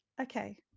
Okay